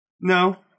No